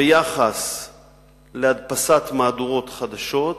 ביחס להדפסת מהדורות חדשות,